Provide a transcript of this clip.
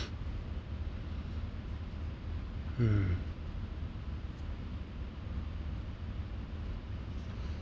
hmm